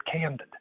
candid